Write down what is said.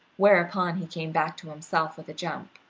whereupon he came back to himself with a jump.